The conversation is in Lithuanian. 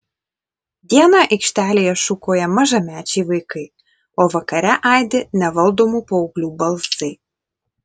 dieną aikštelėje šūkauja mažamečiai vaikai o vakare aidi nevaldomų paauglių balsai